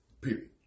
Period